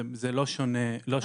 זה לא שונה מכל סיטואציה.